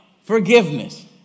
forgiveness